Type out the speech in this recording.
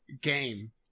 game